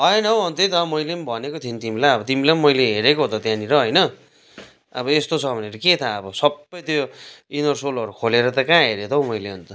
होइन हौ त्यही त मैले पनि भनेको थिएँ नि तिमीलाई अब तिमीलाई पनि मैले हेरेको हो त त्यहाँनिर होइन अब यस्तो छ भनेर के थाहा अब सबै त्यो इनर सोलहरू खोलेर त कहाँ हेरेँ त हौ मैले अन्त